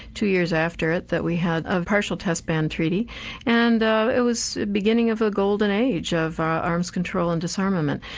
two years after it, that we had a partial test ban treaty and it was the beginning of a golden age of arms control and disarmament.